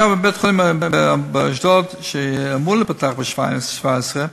בית-החולים באשדוד, שאמור להיפתח בשנת 2017,